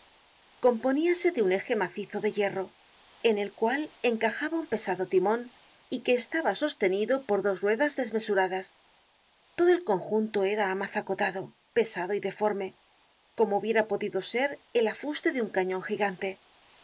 componíase de un eje macizo de hierro en el cual encajaba un pesado timon y que estaba sostenido por dos ruedas desmesuradas todo el conjunto era amazacotado pesado y deforme como hubiera podido ser el afuste de un cañon gigante los